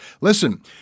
Listen